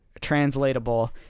translatable